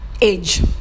age